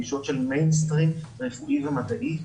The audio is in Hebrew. גישות של מיינסטרים רפואי ומדעי,